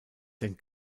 denn